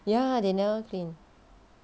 ya they never clean